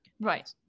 Right